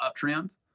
uptrend